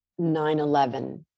9-11